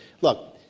Look